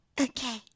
Okay